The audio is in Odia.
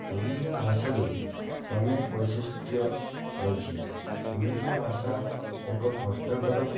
ଓଡ଼ିଆ ଭାଷାରେ ଅନେକ ବୈଶିଷ୍ଟ୍ୟ ରହିଛି ଓଡ଼ିଆ ଭାଷା ଏକ କଷ୍ଟକର